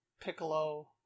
Piccolo